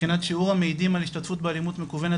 מבחינת שיעור המעידים על השתתפות מקוונת